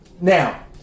Now